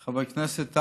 חבר הכנסת אשר,